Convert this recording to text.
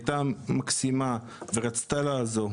היא הייתה מקסימה ורצתה לעזור,